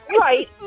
Right